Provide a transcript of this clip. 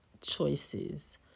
choices